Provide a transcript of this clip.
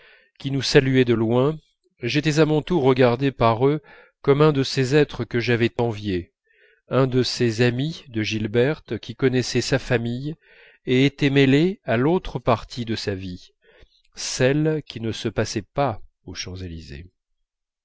qui nous saluait de loin j'étais à mon tour regardé par eux comme un de ces êtres que j'avais enviés un de ces amis de gilberte qui connaissaient sa famille et étaient mêlés à l'autre partie de sa vie celle qui ne se passait pas aux champs-élysées